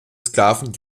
sklaven